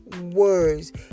words